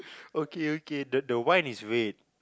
okay okay the the wine is red